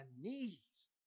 knees